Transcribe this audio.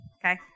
Okay